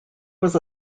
was